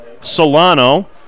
Solano